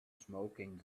smoking